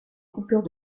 coupures